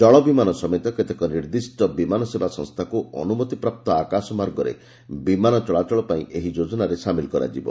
ଜଳ ବିମାନ ସମେତ କେତେକ ନିର୍ଦ୍ଦିଷ୍ଟ ବିମାନ ସେବା ସଂସ୍ଥାକୁ ଅନୁମତିପ୍ରାପ୍ତ ଆକାଶ ମାର୍ଗରେ ବିମାନ ଚଳାଚଳପାଇଁ ଏହି ଯୋଜନାରେ ସାମିଲ୍ କରାଯିବ